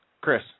Chris